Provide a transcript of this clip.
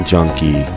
Junkie